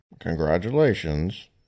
Congratulations